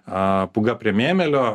a pūga prie mėmelio